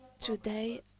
today